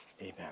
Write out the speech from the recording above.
Amen